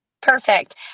perfect